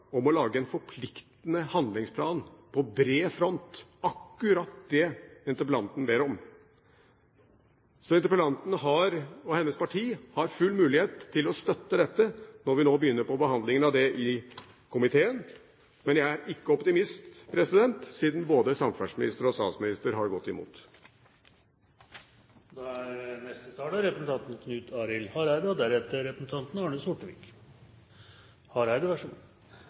om å lage en forpliktende handlingsplan på bred front, akkurat det interpellanten ber om. Så interpellanten og hennes parti har full mulighet til å støtte dette når vi nå begynner på behandlingen av det i komiteen. Men jeg er ikke optimist, siden både samferdselsministeren og statsministeren har gått imot. Eg vil òg få sende ein takk til interpellanten, og eg opplever at denne takken er litt meir heilhjarta enn den frå Høgre og